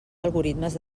algoritmes